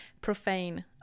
profane